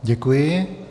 Děkuji.